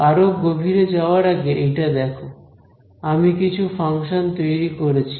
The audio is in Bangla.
আরো গভীরে যাওয়ার আগে এইটা দেখো আমি কিছু ফাংশন তৈরি করেছি